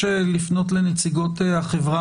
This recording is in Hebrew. לפנות עכשיו לנציגות החברה